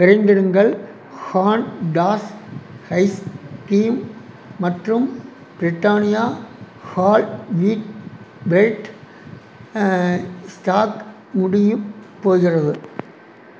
விரைந்திடுங்கள் Haagen Dazs ice cream மற்றும் Britannia whole wheat bread stock முடியப் போகிறது